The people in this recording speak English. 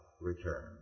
return